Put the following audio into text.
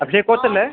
Abhishek കോച്ചല്ലേ